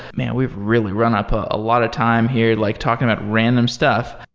man! we've really ran up a lot of time here like talking about random stuff.